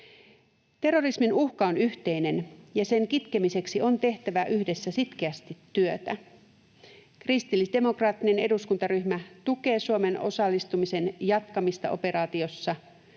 Terrorismin uhka on yhteinen, ja sen kitkemiseksi on tehtävä yhdessä sitkeästi työtä. Kristillisdemokraattinen eduskuntaryhmä tukee Suomen osallistumisen jatkamista operaatiossa.